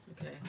Okay